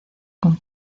con